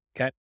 Okay